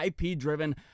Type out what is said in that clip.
IP-driven